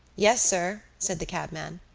yes, sir, said the cabman.